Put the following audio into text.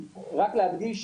רק להדגיש,